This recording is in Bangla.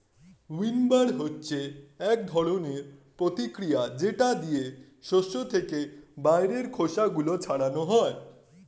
উইন্নবার হচ্ছে এক ধরনের প্রতিক্রিয়া যেটা দিয়ে শস্য থেকে বাইরের খোসা গুলো ছাড়ানো হয়